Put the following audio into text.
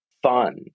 fun